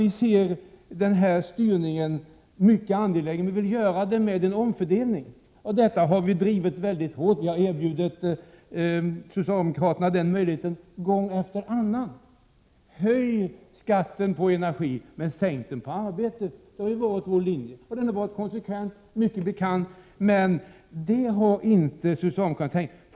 Vi uppfattar den här styrningen som mycket angelägen, men vi vill åstadkomma den genom en omfördelning. Den frågan har vi drivit mycket hårt, och vi har gång efter annan erbjudit socialdemokraterna möjligheten att höja skatten på energi men sänka skatten på arbete. Det har varit vår linje, den har varit konsekvent och den är mycket bekant. Men detta har inte socialdemokraterna velat gå med på.